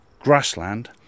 grassland